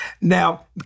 Now